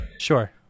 Sure